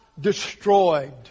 destroyed